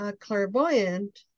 clairvoyant